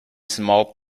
small